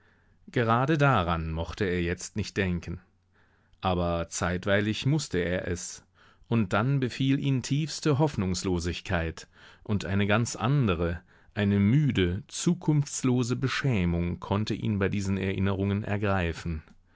gerade daran mochte er jetzt nicht denken aber zeitweilig mußte er es und dann befiel ihn tiefste hoffnungslosigkeit und eine ganz andere eine müde zukunftslose beschämung konnte ihn bei diesen erinnerungen ergreifen